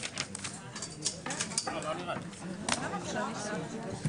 11:40.